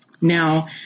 Now